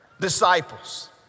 disciples